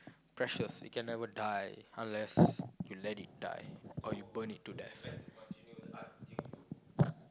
precious it can never die unless you let it die or you burn it to death